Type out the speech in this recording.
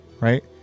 right